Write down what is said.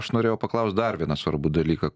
aš norėjau paklaust dar vieną svarbų dalyką